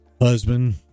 Husband